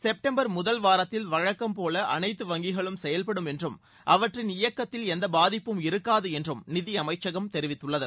September முதல் வாரத்தில் வழக்கம்போல அனைத்து வங்கிகளும் செயல்படும் என்றும் அவற்றின் இயக்கத்தில் எந்த பாதிப்பும் இருக்காது என்றும் நிதியமைச்சகம் தெரிவித்துள்ளது